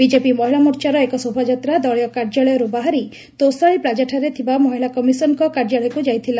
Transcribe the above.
BJP ମହିଳା ମୋର୍ଚ୍ଚାର ଏକ ଶୋଭାଯାତ୍ରା ଦଳୀୟ କାର୍ଯ୍ୟାଳୟରୁ ବାହାରି ତୋଶାଳି ପ୍ଲାକାଠାରେ ଥିବା ମହିଳା କମିଶନଙ୍କ କାର୍ଯ୍ୟାଳୟକୁ ଯାଇଥିଲା